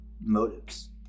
motives